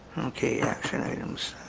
okay, actually i'm